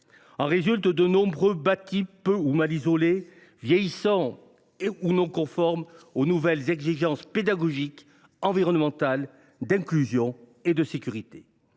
En résultent de nombreux bâtis peu ou mal isolés, vieillissants et non conformes aux nouvelles exigences pédagogiques, environnementales, d’inclusion et de sécurité.